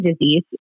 disease